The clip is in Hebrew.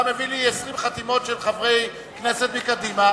אתה מביא לי 20 חתימות של חברי כנסת מקדימה.